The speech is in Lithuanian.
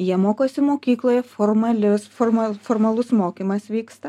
jie mokosi mokykloje formalis formal formalus mokymas vyksta